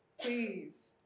please